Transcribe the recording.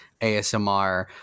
ASMR